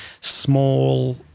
small